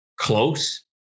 close